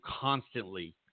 constantly